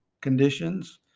conditions